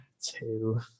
Two